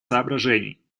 соображений